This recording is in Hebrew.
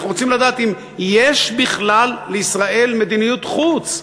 אנחנו רוצים לדעת אם יש בכלל לישראל מדיניות חוץ,